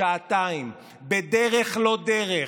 שעתיים בדרך לא דרך,